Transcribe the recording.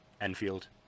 Enfield